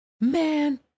man